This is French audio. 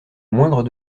moindre